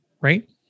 right